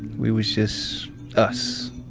we was just us.